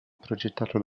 progettato